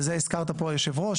ואת זה הזכרת יושב הראש,